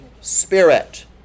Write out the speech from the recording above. spirit